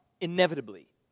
inevitably